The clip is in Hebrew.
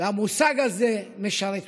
והמושג הזה משרת אתכם.